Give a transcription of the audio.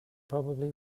probably